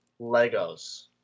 Legos